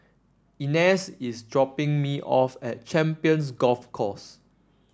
Inez is dropping me off at Champions Golf Course